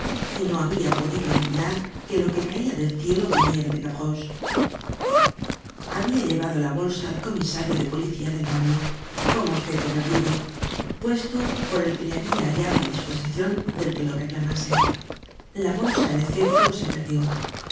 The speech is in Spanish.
y no habia podido adivinar que lo que caia del cielo vinie ra de gavroche habia llevado la bolsa al comisario de policía del barrio como objeto perdido puesto por el que le habia hallado á disposicion del qué lo reclamase la bolsa en efecto se perdió